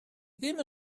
ddim